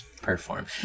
Perform